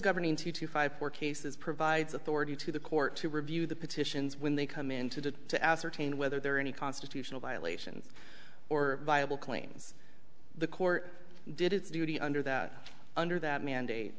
governing two to five four cases provides authority to the court to review the petitions when they come into that to ascertain whether there are any constitutional violations or viable claims the court did its duty under that under that mandate